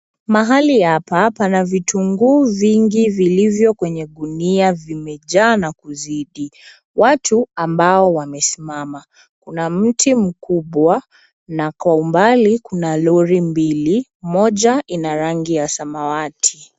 Mahali ya hapa hapa na vitunguu vingi vilivyo kwenye gunia vimejaa na kuzidi watu ambao wamesimama kuna mti mkubwa na kwa umbali kuna lori mbili moja ina rangi ya samawati.